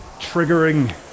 triggering